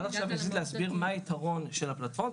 עד עכשיו ניסיתי להסביר את היתרון של הפלטפורמה.